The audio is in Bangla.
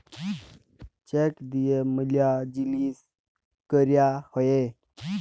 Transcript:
চেক দিয়া ম্যালা জিলিস ক্যরা হ্যয়ে